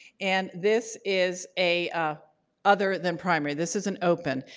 and this is a ah other than primary. this is an open.